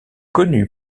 connu